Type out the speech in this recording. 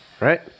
right